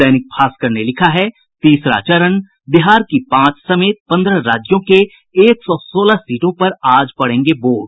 दैनिक भास्कर ने लिखा है तीसरा चरण बिहार की पांच समेत पन्द्रह राज्यों के एक सौ सोलह सीटों पर आज पड़ेंगे वोट